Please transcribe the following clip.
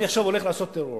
אני עכשיו הולך לעשות טרור.